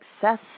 Success